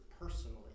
personally